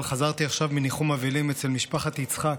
אבל חזרתי עכשיו מניחום אבלים אצל משפחת יצחק,